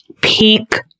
peak